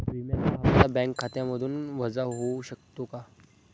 विम्याचा हप्ता बँक खात्यामधून वजा होऊ शकतो का?